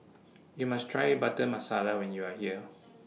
YOU must Try Butter Masala when YOU Are here